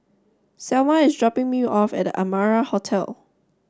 Selma is dropping me off at The Amara Hotel